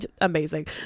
Amazing